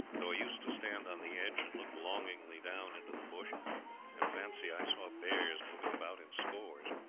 though i used to stand on the edge and look longingly down into the bush and fancy i saw bears moving about in scores.